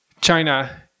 china